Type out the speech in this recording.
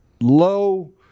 low